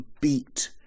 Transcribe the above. beat